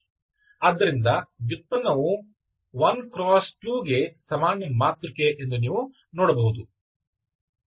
ಆದ್ದರಿಂದ ವ್ಯುತ್ಪನ್ನವು 1 × 2 ಕ್ಕೆ ಸಮಾನ ಮಾತೃಕೆ ಎಂದು ನೀವು ನೋಡಬಹುದು